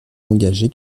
engagé